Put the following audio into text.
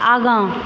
आगाँ